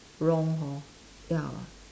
wrong hor ya